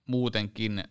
Muutenkin